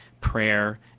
prayer